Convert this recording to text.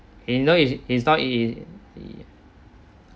you know is not in